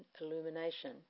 illumination